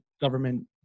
government